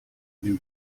new